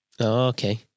okay